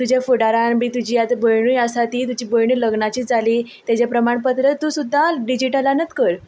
तुजे फुडारान बी तुजी आतां भयणूय आसा ती तुजी भयणूय लग्नाची जाली तेजें प्रमाणपत्र तूं सुद्दां डिजिटलानूत कर